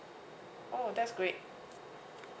oh that's great